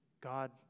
God